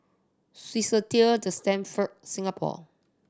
Swissotel The Stamford Singapore